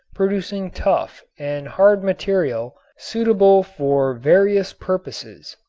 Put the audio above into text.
producing tough and hard material suitable for various purposes.